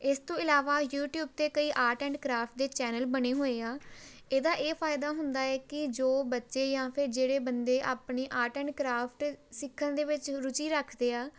ਇਸ ਤੋ ਇਲਾਵਾ ਯੂਟਿਊਬ 'ਤੇ ਕਈ ਆਰਟ ਐਂਡ ਕ੍ਰਾਫਟ ਦੇ ਚੈਨਲ ਬਣੇ ਹੋਏ ਆ ਇਹਦਾ ਇਹ ਫ਼ਾਇਦਾ ਹੁੰਦਾ ਹੈ ਕਿ ਜੋ ਬੱਚੇ ਜਾਂ ਫਿਰ ਜਿਹੜੇ ਬੰਦੇ ਆਪਣੇ ਆਰਟ ਐਂਡ ਕ੍ਰਾਫਟ ਸਿੱਖਣ ਦੇ ਵਿੱਚ ਰੁਚੀ ਰੱਖਦੇ ਆ